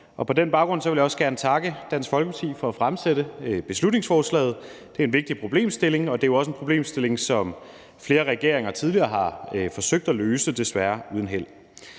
På den baggrund vil jeg også gerne takke Dansk Folkeparti for at fremsætte beslutningsforslaget. Det er en vigtig problemstilling, og det er jo også en problemstilling, som flere regeringer tidligere har forsøgt at løse – desværre uden held.